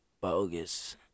bogus